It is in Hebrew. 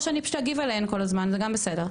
או שאני פשוט אגיב עליהן כל הזמן זה גם בסדר,